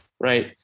right